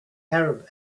arab